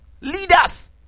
leaders